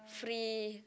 free